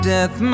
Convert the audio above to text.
Death